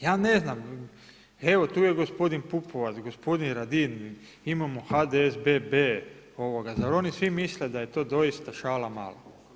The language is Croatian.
Ja ne znam, evo tu je gospodin Pupovac, gospodin Radin, idemo HDSBB, zar oni svi misle da je to doista šala mala.